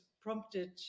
prompted